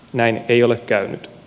näin ei ole käynyt